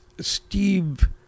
steve